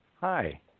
hi